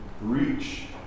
reach